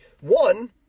one